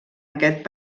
aquest